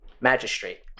Magistrate